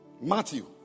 Matthew